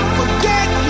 forget